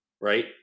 right